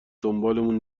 دنبالمون